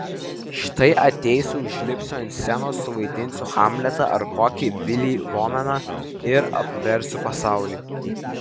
štai ateisiu užlipsiu ant scenos suvaidinsiu hamletą ar kokį vilį lomeną ir apversiu pasaulį